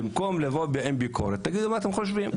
במקום לבוא בביקורת תגידו לנו מה אתם חושבים,